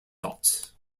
dots